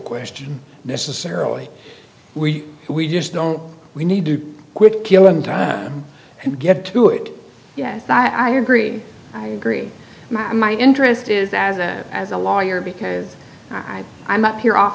question necessarily we we just don't we need to quit killing time and get to it yes i agree i agree my interest is as a as a lawyer because i'm i'm up here